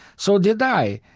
so did i.